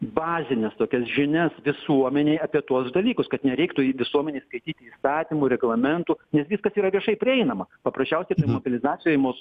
bazines tokias žinias visuomenei apie tuos dalykus kad nereiktų visuomenei skaityti įstatymų reglamentų nes viskas yra viešai prieinama paprasčiausiai toj mobilizacijoj mus